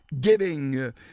giving